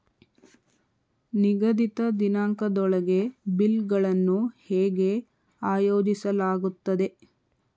ನಿಗದಿತ ದಿನಾಂಕದೊಳಗೆ ಬಿಲ್ ಗಳನ್ನು ಹೇಗೆ ಆಯೋಜಿಸಲಾಗುತ್ತದೆ?